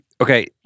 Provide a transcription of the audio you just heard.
Okay